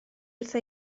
wrtha